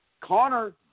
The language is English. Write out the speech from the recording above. Connor